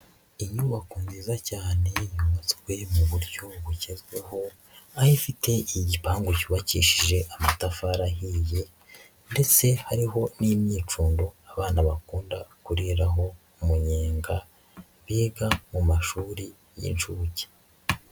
Inyubako nziza cyane yumutswe mu buryo bugezweho aho ifite igipangu cyubakishije amatafari ahiye ndetse hariho n'imyicundo abana bakunda kuriraho umunyenga, biga mu mashuri y'incuke.